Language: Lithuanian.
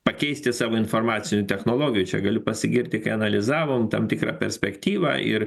pakeisti savo informacinių technologijų čia galiu pasigirti kai analizavom tam tikrą perspektyvą ir